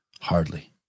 Hardly